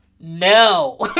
no